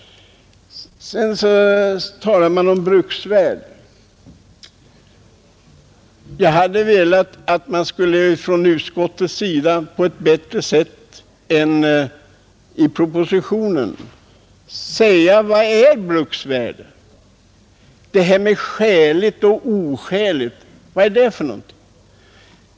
Man talar också om bruksvärde. Jag hade velat att utskottet på ett bättre sätt än som görs i propositionen hade angivit vad som är bruksvärde, Det här talet om ”skäligt” och ”oskäligt” — vad är det för någonting?